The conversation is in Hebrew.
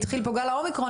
התחיל פה גל האומיקרון,